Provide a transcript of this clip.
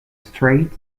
straight